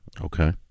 Okay